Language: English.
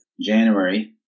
January